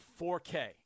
4K